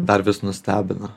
dar vis nustebina